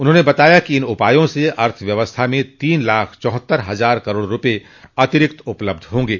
उन्होंने बताया कि इन उपायों से अर्थव्यवस्था में तीन लाख चौहत्तर हजार करोड़ रुपये अतिरिक्त उपलब्ध होंगे